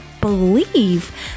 believe